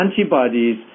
antibodies